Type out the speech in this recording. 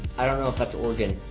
i don't know if that's oregon.